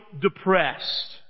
depressed